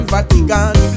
Vatican